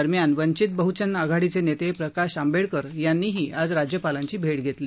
दरम्यान वंचित बहजन आघाडीचे नेते प्रकाश आंबेडकर यांनीही आज राज्यपालांची भेट घेतली